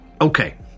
Okay